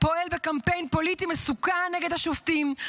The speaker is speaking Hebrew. פועל בקמפיין פוליטי מסוכן נגד השופטים.